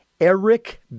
Eric